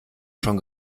schon